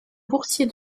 boursier